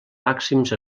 màxims